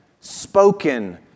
spoken